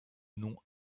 nom